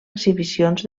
exhibicions